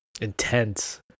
Intense